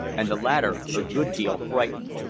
and the latter a good deal frightened.